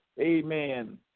Amen